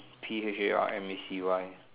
P H A R M A C Y